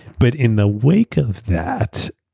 but in the wake of that,